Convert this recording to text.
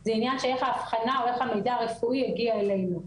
זה עניין שאיך האבחנה או איך המידע הרפואי הגיע אלינו.